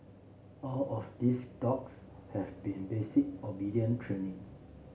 all of these dogs have been basic obedient training